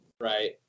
Right